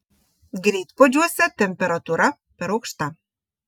greitpuodžiuose temperatūra per aukšta